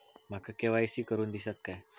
माका के.वाय.सी करून दिश्यात काय?